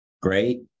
Great